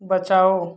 बचाओ